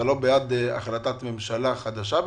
אתה לא בעד החלטת ממשלה חדשה בעניין?